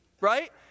right